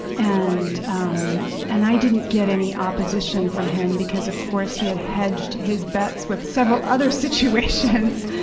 and um and i didn't get any opposition from him, because of course he had hedged his bets with several other situations.